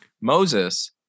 Moses